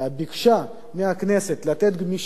ביקשה מהכנסת לתת גמישות